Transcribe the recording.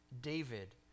David